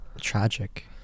tragic